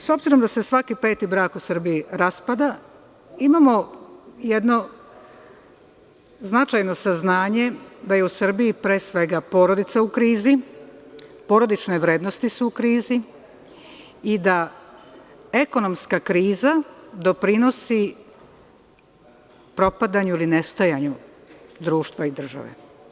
S obzirom da se svaki pet brak u Srbiji raspada, imamo jedno značajno saznanje da je u Srbiji pre svega porodica u krizi, porodične vrednosti su u krizi i da ekonomska kriza doprinosi propadanju ili nestajanju društva i države.